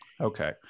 Okay